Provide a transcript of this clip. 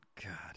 God